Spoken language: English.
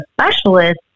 specialist